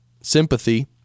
Sympathy